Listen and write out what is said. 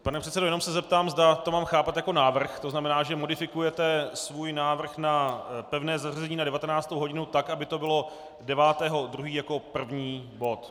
Pane předsedo, jenom se zeptám, zda to mám chápat jako návrh, to znamená, že modifikujete svůj návrh na pevné zařazení na 19. hodinu tak, aby to bylo 9. 2. jako první bod.